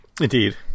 indeed